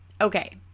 okay